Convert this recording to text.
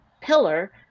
pillar